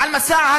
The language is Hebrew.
על מסע ההסתה,